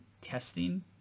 testing